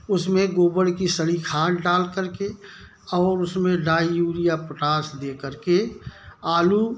उस में गोबर की सड़ी खाद डाल कर के और उस में डाई यूरिया पोटाश दे कर के आलू